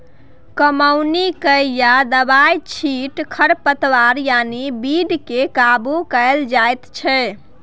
कमौनी कए या दबाइ छीट खरपात यानी बीड केँ काबु कएल जाइत छै